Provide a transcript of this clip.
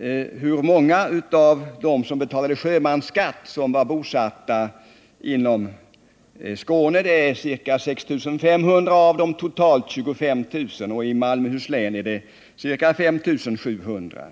över landet av dem som betalade sjömansskatt. Av totalt ca 25 000 var ca 6 500 bosatta i Skåne, därav i Malmöhus län ca 5 700.